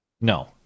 No